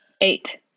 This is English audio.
Eight